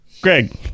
Greg